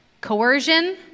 coercion